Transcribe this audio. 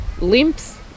limps